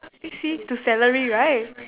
see to salary right